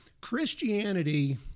christianity